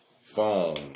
Phone